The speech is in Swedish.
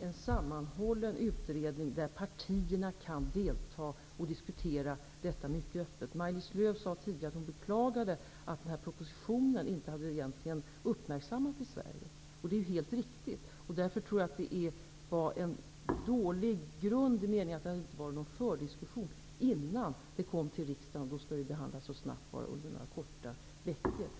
en sammanhållen utredning där partierna kan delta och diskutera detta mycket öppet. Maj-Lis Lööw sade tidigare att hon beklagade att propositionen egentligen inte uppmärksammats i Sverige. Det är riktigt. Därför tror jag att det var en dålig grund, så till vida att det inte förekom någon fördiskussion innan propositionen kom till riksdagen. Därefter skall den behandlas snabbt under bara några veckor.